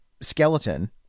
skeleton